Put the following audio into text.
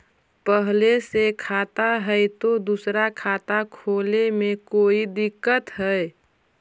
पहले से खाता है तो दूसरा खाता खोले में कोई दिक्कत है?